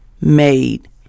made